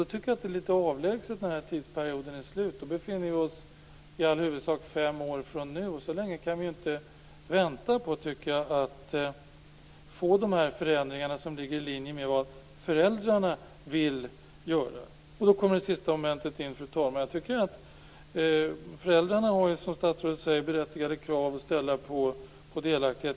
Då tycker jag att det är litet avlägset när denna tidsperiod är slut. Då befinner vi oss fem år från nu. Och så länge tycker jag inte att vi kan vänta på att få dessa förändringar som ligger i linje med vad föräldrarna vill göra. Fru talman! Då kommer det sista momentet in. Föräldrarna har ju som statsrådet säger berättigade krav att ställa på delaktighet.